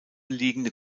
liegende